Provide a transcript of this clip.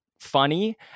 funny